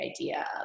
idea